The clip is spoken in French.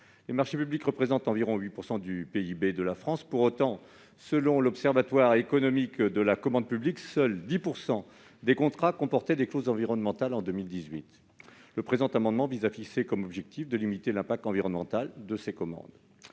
Les marchés publics représentent environ 8 % du PIB de la France. Pour autant, selon l'Observatoire économique de la commande publique (OECP), seuls 10 % des contrats comportaient des clauses environnementales en 2018. Cet amendement vise à fixer comme objectif de limiter l'impact environnemental des commandes